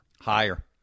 Higher